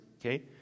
okay